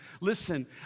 listen